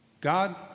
God